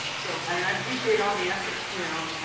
so and and i appreciate all the effort too,